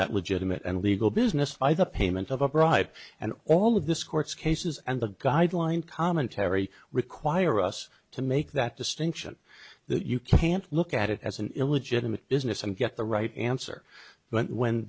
that widget image and legal business by the payment of a bribe and all of this court's cases and the guideline commentary require us to make that distinction that you can't look at it as an illegitimate business and get the right answer but when